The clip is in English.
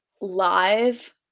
live